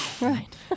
Right